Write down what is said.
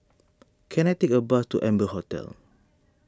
can I take a bus to Amber Hotel